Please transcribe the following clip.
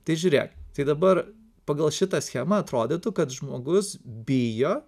tai žiūrėk tai dabar pagal šitą schemą atrodytų kad žmogus bijo